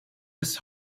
his